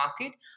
market